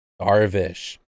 darvish